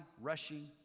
rushing